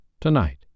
tonight